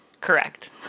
Correct